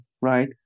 right